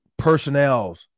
personnels